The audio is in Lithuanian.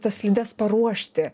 tas slides paruošti